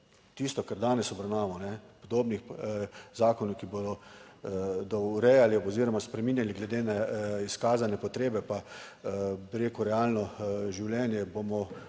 tisto, kar danes obravnavamo podobnih zakonov, ki bodo urejali oziroma spreminjali glede na izkazane potrebe pa bi rekel realno življenje